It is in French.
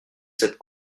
cette